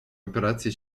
operację